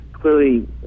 clearly